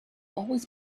always